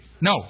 No